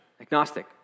agnostic